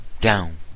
down